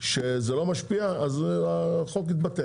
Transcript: שזה לא משפיע אז החוק יתבטל.